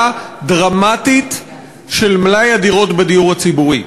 דרמטית של מלאי הדירות בדיור הציבורי.